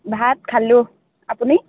ভাত খালো আপুনি